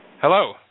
Hello